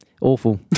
awful